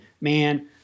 man